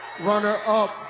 runner-up